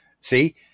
See